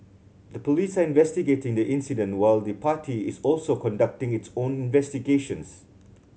the police are investigating the incident while the party is also conducting its own investigations